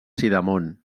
sidamon